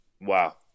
wow